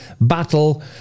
battle